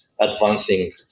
advancing